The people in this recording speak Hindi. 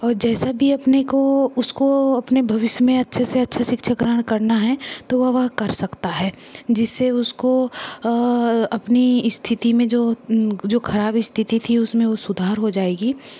और जैसा भी अपने को उसको अपने भविष्य में अच्छे से अच्छे शिक्षा ग्रहण करना है तो वो वह कर सकता है जिस से उसको अपनी स्थिति में जो जो ख़राब स्थिति थी उस में वो सुधार हो जाएगा